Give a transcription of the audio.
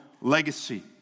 legacy